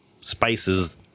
spices